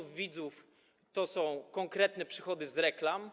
widzów to są konkretne przychody z reklam.